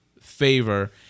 favor